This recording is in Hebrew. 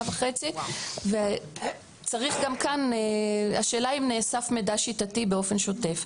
גם כאן השאלה היא האם נאסף מידע שיטתי באופן שוטף.